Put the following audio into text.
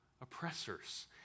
oppressors